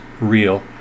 real